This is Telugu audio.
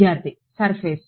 విద్యార్థి సర్ఫేస్